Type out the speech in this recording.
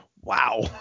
wow